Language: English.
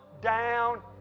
down